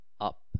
up